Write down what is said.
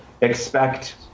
expect